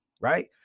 right